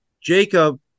Jacob